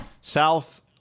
South